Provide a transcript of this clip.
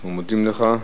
אנחנו מודים לך.